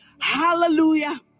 hallelujah